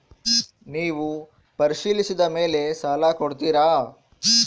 ನೇವು ಪರಿಶೇಲಿಸಿದ ಮೇಲೆ ಸಾಲ ಕೊಡ್ತೇರಾ?